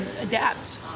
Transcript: adapt